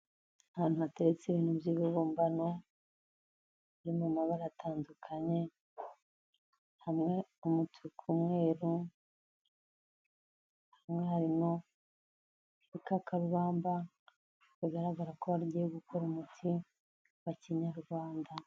Ahantu hateretse ibintu by'ibibumbano biri mu mabara atandukanye hamwe umutuku, umweru hamwe harimo ibikakarubamba bigaragara ko bagiye gukora umuti wa kinyarwanda.